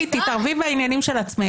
טלי, תתערבי בעניינים של עצמך.